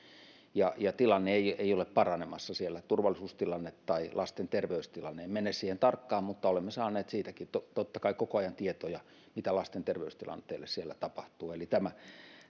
ja ja tilanne ei ei ole paranemassa siellä ei turvallisuustilanne eikä lasten terveystilanne en mene siihen tarkkaan mutta olemme saaneet siitäkin totta kai koko ajan tietoja mitä lasten terveystilanteelle siellä tapahtuu eli tämä